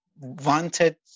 wanted